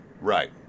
Right